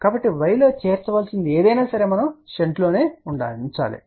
కాబట్టి y లో చేర్చవలసినది ఏదైనా షంట్లో ఉండాలి